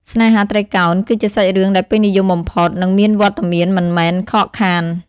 ស្នេហាត្រីកោណ គឺជាសាច់រឿងដែលពេញនិយមបំផុត និងមានវត្តមានមិនមែនខកខាន។